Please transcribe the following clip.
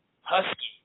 husky